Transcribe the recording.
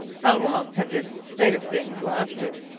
how long had this state of things lasted?